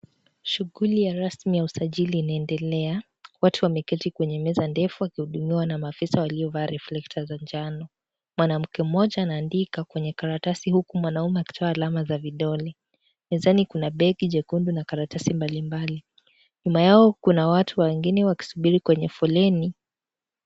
Shughuli ya rasmi ya usajili inaendelea, watu wameketi kwenye meza ndefu wakihudumiwa na maafisa waliovaa reflector za njano, mwanamke mmoja anaandika kwenye karatasi huku mwanaume akitoa alama za vidole mezani kuna begi jekundu na karatasi mbalimbali, nyuma yao kuna watu wengine wakisubiri kwenye foleni.